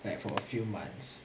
like for a few months